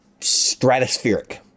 stratospheric